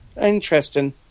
interesting